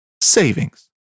savings